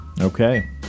Okay